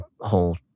whole